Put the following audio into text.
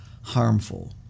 harmful